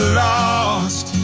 lost